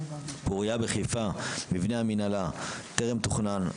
פוריה בטבריה, מבנה המינהלה, טרם תוכנן.